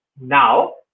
Now